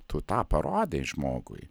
tu tą parodai žmogui